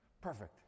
perfect